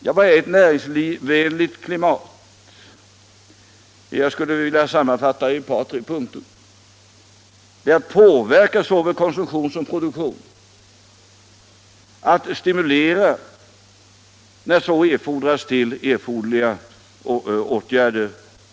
Ja, vad är ett näringsvänligt klimat? Jag skulle vilja sammanfatta det i ett par tre punkter. Det är att påverka såväl konsumtion som produktion och att när så erfordras stimulera med stödåtgärder.